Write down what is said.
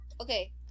Okay